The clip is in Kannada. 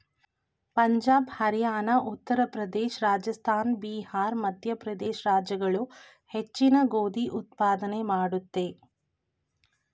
ಪಂಜಾಬ್ ಹರಿಯಾಣ ಉತ್ತರ ಪ್ರದೇಶ ರಾಜಸ್ಥಾನ ಬಿಹಾರ್ ಮಧ್ಯಪ್ರದೇಶ ರಾಜ್ಯಗಳು ಹೆಚ್ಚಿನ ಗೋಧಿ ಉತ್ಪಾದನೆ ಮಾಡುತ್ವೆ